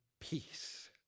peace